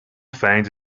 finds